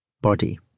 body